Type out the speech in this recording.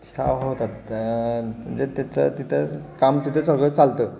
ह्या होतात तर म्हणजे त्याचं तिथं काम तिथं सगळं चालतं